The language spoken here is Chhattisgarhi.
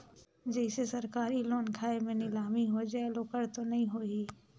जैसे सरकारी लोन खाय मे नीलामी हो जायेल ओकर तो नइ होही?